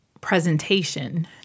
presentation